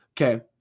Okay